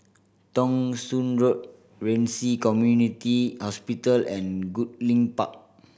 Thong Soon Road Ren Ci Community Hospital and Goodlink Park